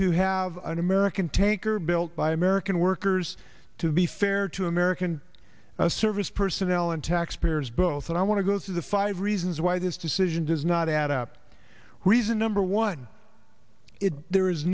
to have an american tanker built by american workers to be fair to american service personnel and taxpayers both and i want to go through the five reasons why this decision does not add up reason number one if there is